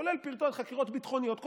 כולל פרטי חקירות ביטחוניות,